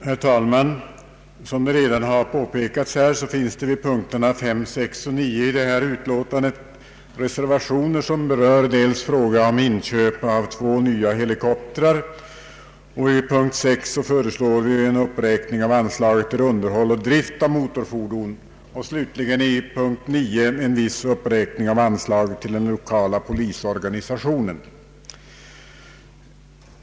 Herr talman! Såsom redan påpekats finns vid punkterna 5, 6 och 9 i detta utlåtande reservationer. Vår reservation vid punkt 5 gäller bl.a. frågan om inköp av två nya helikoptrar. I reservationen vid punkt 6 föreslår vi en uppräkning av anslaget till underhåll och drift av motorfordon. I reservationen vid punkt 9 hemställer vi om en viss uppräkning av anslaget till den lokala polisorganisationen.